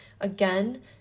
again